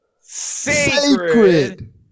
sacred